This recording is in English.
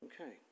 okay